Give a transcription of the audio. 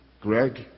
Greg